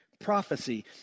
Prophecy